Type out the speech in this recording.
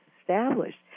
established